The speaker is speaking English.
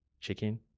chicken